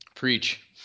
preach